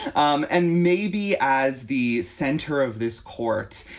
um and maybe as the center of this court,